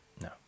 No